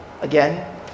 again